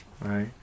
right